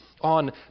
on